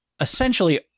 essentially